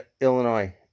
Illinois